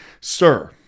sir